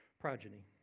progeny